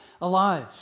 alive